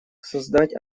создать